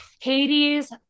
Hades